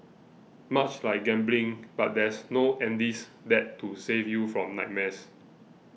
much like gambling but there's no Andy's Dad to save you from nightmares